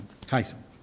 Tyson